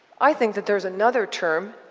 i think that there's another term,